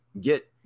get